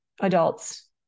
adults